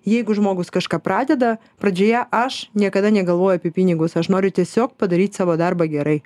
jeigu žmogus kažką pradeda pradžioje aš niekada negalvoju apie pinigus aš noriu tiesiog padaryt savo darbą gerai